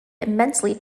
immensely